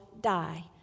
die